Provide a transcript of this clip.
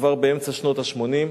כבר באמצע שנות ה-80.